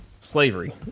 Slavery